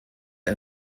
der